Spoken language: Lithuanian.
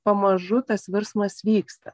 pamažu tas virsmas vyksta